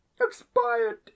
expired